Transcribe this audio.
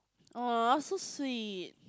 !aw! so sweet